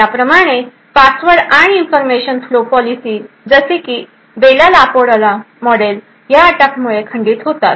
याप्रमाणे पासवर्ड आणि information flow policy जसे की बेल ला पॉडेला मॉडेल या अटॅक मुळे खंडित होतात